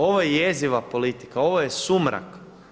Ovo je jeziva politika, ovo je sumrak.